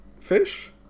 fish